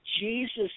Jesus